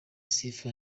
sifa